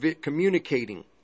communicating